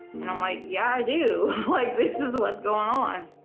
you know like yeah i do, like this is what's going on.